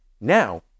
Now